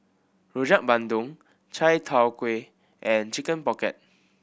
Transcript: Rojak Bandung Chai Tow Kuay and Chicken Pocket